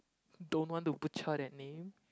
don't want to butcher that name